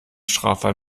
straffrei